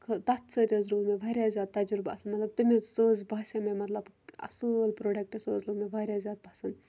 تَتھ خٲ تَتھ سۭتۍ حظ روٗد مےٚ واریاہ تجُربہٕ اَصٕل مطلب تٔمۍ حظ سُہ حظ باسیو مےٚ مطلب اَصۭل پرٛوڈَکٹ سُہ حظ لوٚگ مےٚ واریاہ زیادٕ پَسںٛد